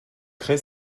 crée